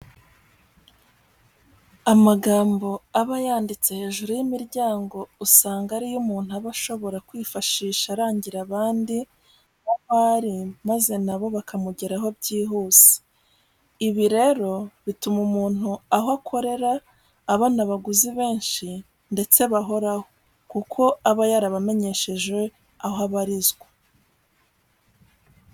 Amagambo aba yanditse hejuru y'imiryango usanga ari yo umuntu aba ashobora kwifashisha arangira abandi aho ari maze na bo bakamugeraho byihuse. Ibi rero bituma umuntu aho akorera abona abaguzi benshi ndetse bahoraho kuko aba yarabamenyesheje aho abarizwa.